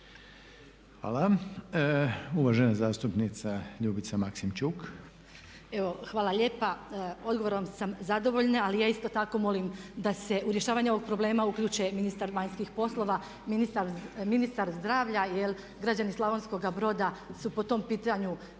Hvala. Uvažena zastupnica Ljubica Maksimčuk. **Maksimčuk, Ljubica (HDZ)** Evo hvala lijepa. Odgovorom sam zadovoljna ali ja isto tako molim da se u rješavanje ovog problema uključe ministar vanjskih poslova, ministar zdravlja jer građani Slavonskoga Broda su također po tom pitanju